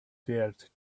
dared